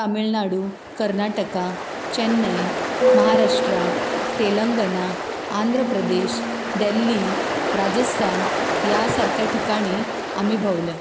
तामिळनाडू कर्नाटका चेन्नय महाराष्ट्रा तेलंगना आंद्र प्रदेश देल्ली राजस्थान ह्या सारक्या ठिकाणी आमी भोंवल्या